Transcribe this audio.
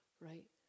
right